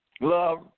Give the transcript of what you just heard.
Love